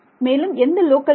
மேலும் எந்த லோக்கல் எண்